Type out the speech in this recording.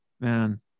Man